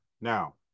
now